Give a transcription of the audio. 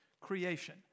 Creation